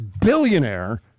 billionaire